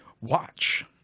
Watch